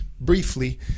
briefly